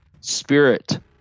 spirit